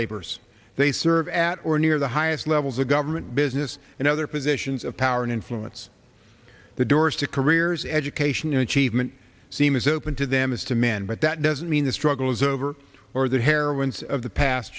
labors they serve at or near the highest levels of government business and other positions of power and influence the doors to careers education achievement seem is open to them as to men but that doesn't mean the struggle is over or the heroines of the past